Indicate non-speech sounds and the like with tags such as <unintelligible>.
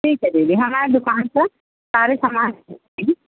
ठीक है दीदी हमारी दुकान पर सारे सामान <unintelligible>